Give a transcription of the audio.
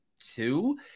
two